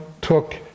took